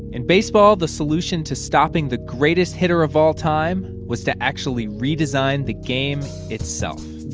in baseball, the solution to stopping the greatest hitter of all time was to actually redesign the game itself